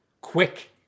quick